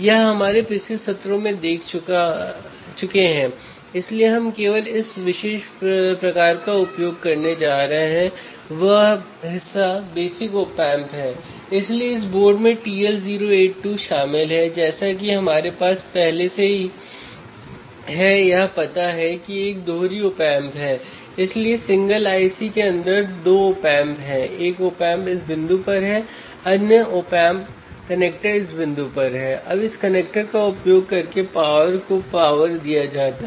यहां हम उसी सर्किट पर विचार करते हैं जिसका उपयोग हमने सिद्धांत को समझने के लिए किया है